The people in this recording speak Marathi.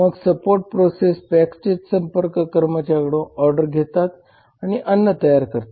मग सपोर्ट प्रोसेस बॅकस्टेज संपर्क कर्मचाऱ्यांकडून ऑर्डर घेतात आणि अन्न तयार करतात